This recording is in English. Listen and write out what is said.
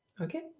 Okay